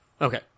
Okay